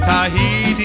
Tahiti